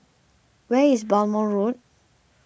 where is Balmoral Road